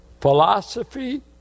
philosophy